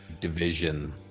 Division